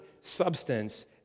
substance